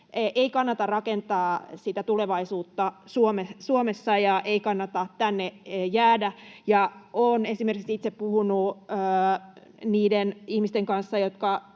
ei kannata rakentaa sitä tulevaisuutta Suomessa ja ei kannata tänne jäädä. Olen itse esimerkiksi puhunut niiden ihmisten kanssa,